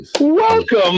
Welcome